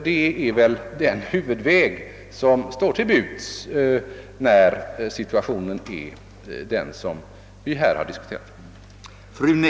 Detta är väl den huvudväg som står till buds i den situation vi befinner oss i.